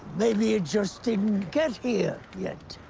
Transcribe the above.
maybe it just didn't get here yet.